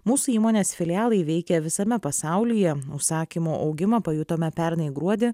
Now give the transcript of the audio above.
mūsų įmonės filialai veikia visame pasaulyje užsakymų augimą pajutome pernai gruodį